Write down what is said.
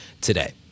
today